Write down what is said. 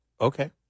Okay